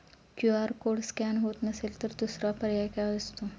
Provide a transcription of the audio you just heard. QR code scan होत नसेल तर दुसरा पर्याय काय असतो?